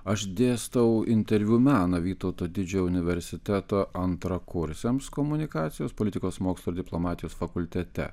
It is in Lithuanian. aš dėstau interviu meną vytauto didžiojo universiteto antrakursiams komunikacijos politikos mokslų ir diplomatijos fakultete